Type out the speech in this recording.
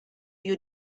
you